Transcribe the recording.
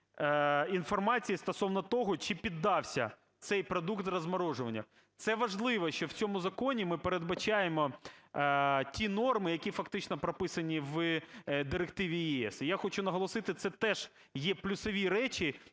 інформації стосовно того, чи піддався цей продукт розморожуванню. Це важливо, що в цьому законі ми передбачаємо ті норми, які фактично прописані в Директиві ЄС. І я хочу наголосити, це теж є плюсові речі,